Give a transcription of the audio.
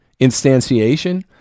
instantiation